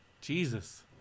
Jesus